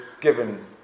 given